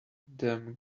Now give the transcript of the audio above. them